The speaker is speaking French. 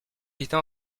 était